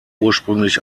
ursprünglich